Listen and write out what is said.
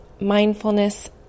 mindfulness